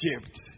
Egypt